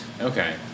Okay